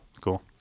cool